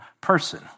person